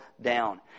down